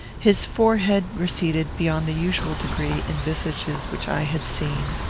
his forehead receded beyond the usual degree in visages which i had seen.